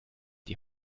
die